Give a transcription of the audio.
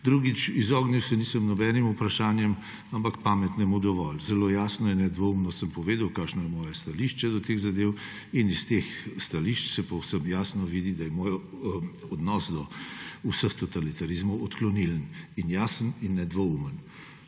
Drugič, izognil se nisem nobenim vprašanjem, ampak pametnemu dovolj. Zelo jasno in nedvoumno sem povedal, kakšno je moje stališče do teh zadev in iz teh stališč se povsem jasno vidi, da je moj odnos do vseh totalitarizmov odklonilen, jasen in nedvoumen.